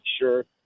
sure